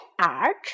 arch